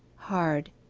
hard,